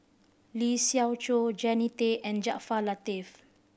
Lee Siew Choh Jannie Tay and Jaafar Latiff